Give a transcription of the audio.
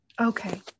Okay